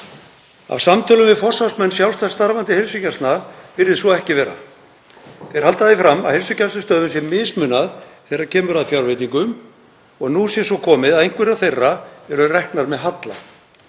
Af samtölum við forsvarsmenn sjálfstætt starfandi heilsugæslna virðist svo ekki vera. Þeir halda því fram að heilsugæslustöðvum sé mismunað þegar kemur að fjárveitingum og nú sé svo komið að einhverjar þeirra eru reknar með halla.